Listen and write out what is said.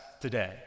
today